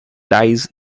dies